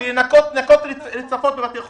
בשביל לנקות רצפות בבתי חולים.